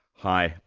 hi,